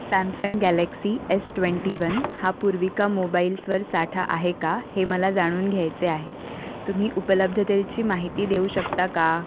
Samsung Galaxy S twenty one हा पूर्वीका मोबाईल्सवर साठा आहे का हे मला जाणून घ्यायचे आहे तुम्ही उपलब्धतेची माहिती देऊ शकता का